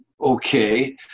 okay